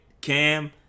Cam